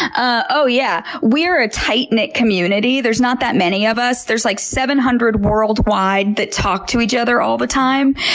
oh yeah, we're a tight-knit community. there's not that many of us, there's like seven hundred worldwide that talk to each other all the time.